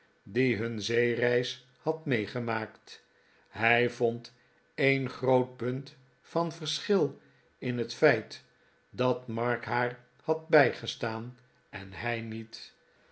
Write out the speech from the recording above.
die nun zeereis had meegemaakt hij vond een groot punt van verschil in het feit dat mark haar had bijgestaan en hij niet